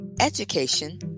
education